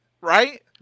right